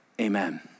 Amen